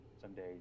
someday